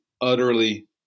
utterly